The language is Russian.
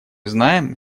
знаем